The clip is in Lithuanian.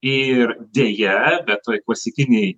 ir deja bet tai klasikiniai